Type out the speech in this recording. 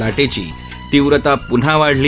लाटेची तीव्रता प्न्हा वाढली